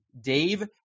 dave